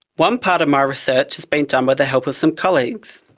one part of my research has been done with the help of some colleagues.